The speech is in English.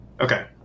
Okay